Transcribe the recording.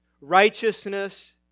Righteousness